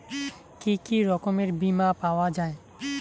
কি কি রকমের বিমা পাওয়া য়ায়?